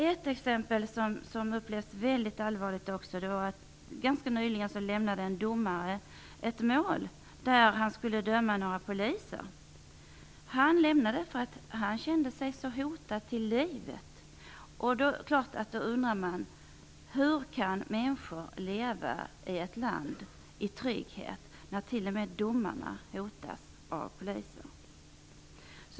Ett exempel som också upplevs väldigt allvarligt är att en domare nyligen lämnade ett mål där han skulle döma några poliser. Han lämnade målet eftersom han kände sig hotad till livet. Det är klart att man undrar hur människor kan leva i trygghet i ett land, när t.o.m. domarna hotas av poliser.